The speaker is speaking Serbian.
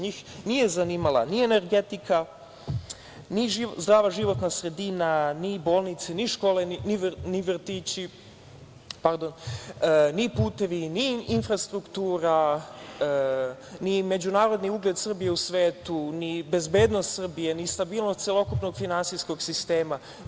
Njih nije zanimala ni energetika, ni zdrava životna sredina, ni bolnice, ni škole, ni vrtići, ni putevi, ni infrastruktura, ni međunarodni ugled Srbije u svetu, ni bezbednost Srbije, ni stabilnost celokupnog finansijskog sistema.